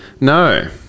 no